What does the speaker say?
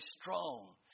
strong